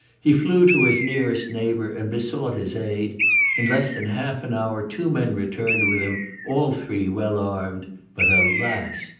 he flew to his nearest neighbour and besought his aid in less than half an hour two men returned with him, all three well armed but alas!